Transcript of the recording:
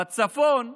בצפון,